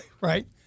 Right